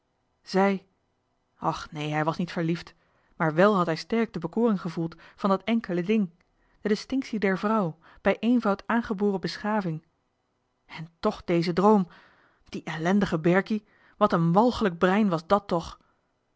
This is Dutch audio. zij och nee hij was niet verliefd maar wel had hij sterk de bekoring gevoeld van dat enkele ding de distinctie der vrouw bij eenvoud aangeboren beschaving en toch deze droom die ellendige berkie wat een walgelijk brein was dàt toch